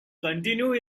continue